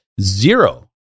Zero